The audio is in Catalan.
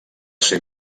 ser